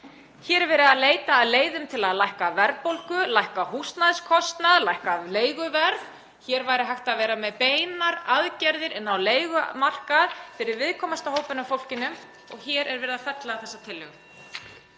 Hér er verið að leita að leiðum til að lækka verðbólgu, lækka húsnæðiskostnað, lækka leiguverð. Hér væri hægt að vera með beinar aðgerðir inn á leigumarkað fyrir viðkvæmasta hópinn af fólki og hér er verið að fella þessa tillögu.